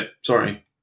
Sorry